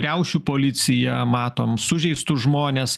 riaušių policija matom sužeistus žmones